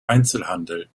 einzelhandel